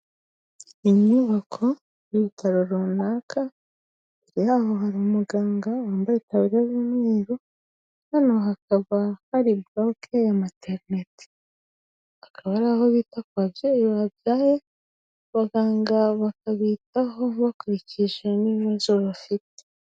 inyubako y'ibitaro runaka yaho hari umuganga wambaye itaburiya y'umweru hano hakaba hari buroke ya materinete, akaba ari aho bita ku babyeyi babyaye abaganga bakabitaho bakurikishijwe n'ibibazo bafite.